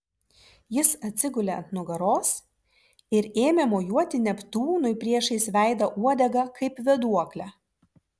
jis atsigulė ant nugaros ir ėmė mojuoti neptūnui priešais veidą uodega kaip vėduokle